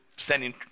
sending